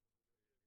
כך